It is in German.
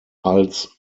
als